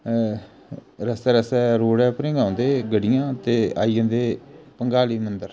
अऽ रस्ते रस्ते रोड उप्परां गै औंदे गड्डियां ते आई जंदे पंगाली मंदर